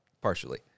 partially